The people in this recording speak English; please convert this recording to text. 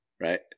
Right